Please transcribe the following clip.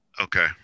Okay